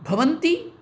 भवन्ति